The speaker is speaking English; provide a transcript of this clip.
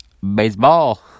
Baseball